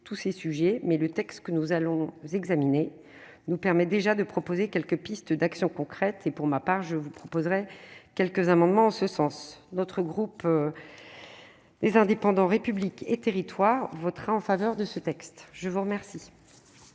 tous ces sujets, mais le texte que nous allons examiner nous permet déjà de proposer quelques pistes d'action concrète et pour ma part je vous proposerai quelques moment ce sens notre groupe les indépendants républiques et territoires votera en faveur de ce texte, je vous remercie.